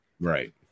Right